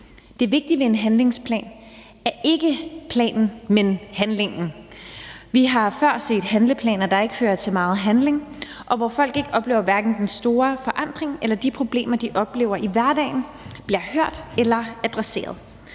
Det vigtige ved en handlingsplan er ikke planen, men handlingen. Vi har før set handleplaner, der ikke førte til meget handling, og hvor folk ikke har oplevet hverken den store forandring, eller at de problemer, de oplever i hverdagen, bliver hørt eller adresseret.